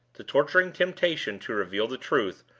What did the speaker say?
the torturing temptation to reveal the truth,